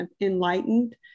enlightened